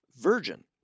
virgin